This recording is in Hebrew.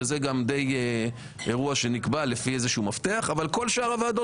שזה גם די אירוע שנקבע לפי איזה מפתח אבל כל שאר הוועדות